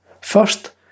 First